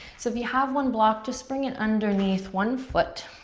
so if you have one block, just bring it underneath one foot.